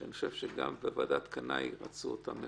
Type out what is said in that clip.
כשאני חושב שגם בוועדת קנאי רצו מאוד